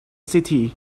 city